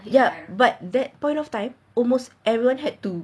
ya but that point of time almost everyone had to